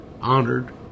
honored